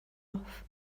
off